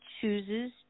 chooses